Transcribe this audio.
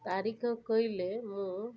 ତାରିଖ କହିଲେ ମୁଁ